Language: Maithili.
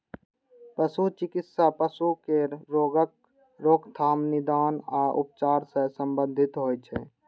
पशु चिकित्सा पशु केर रोगक रोकथाम, निदान आ उपचार सं संबंधित होइ छै